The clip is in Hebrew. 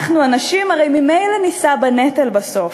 אנחנו הנשים הרי ממילא נישא בנטל בסוף,